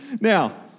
Now